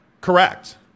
Correct